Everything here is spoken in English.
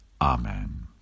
Amen